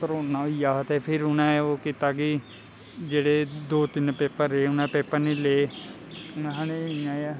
corona होई गेआ हा ते फिर उ'नें ओह् कीता कि जेह्ड़े दो तिन्न पेपर रेह् उ'नें पेपर निं ले इ'यां गै